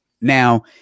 Now